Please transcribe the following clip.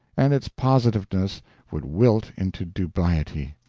and its positiveness would wilt into dubiety.